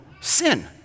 sin